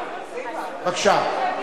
בבקשה.